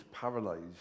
paralyzed